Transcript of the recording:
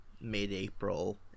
mid-April